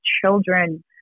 children